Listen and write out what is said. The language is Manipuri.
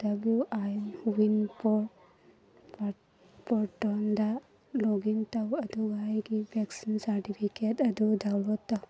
ꯗꯕꯜꯂ꯭ꯌꯨ ꯑꯥꯏ ꯄꯣꯔꯇꯦꯜꯗ ꯂꯣꯛꯏꯟ ꯇꯧ ꯑꯗꯨꯒ ꯑꯩꯒꯤ ꯚꯦꯛꯁꯤꯟ ꯁꯥꯔꯇꯤꯐꯤꯀꯦꯠ ꯑꯗꯨ ꯗꯥꯎꯟꯂꯣꯠ ꯇꯧ